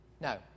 No